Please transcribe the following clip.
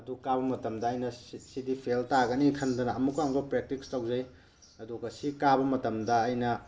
ꯑꯗꯨ ꯀꯥꯕ ꯃꯇꯝꯗ ꯑꯩꯅ ꯁꯤꯗꯤ ꯐꯦꯜ ꯇꯥꯒꯅꯤ ꯈꯟꯗꯨꯅ ꯑꯃꯨꯛꯀ ꯑꯃꯨꯛꯀ ꯄ꯭ꯔꯦꯛꯇꯤꯛꯁ ꯇꯧꯖꯩ ꯑꯗꯨꯒ ꯁꯤ ꯀꯥꯕ ꯃꯇꯝꯗ ꯑꯩꯅ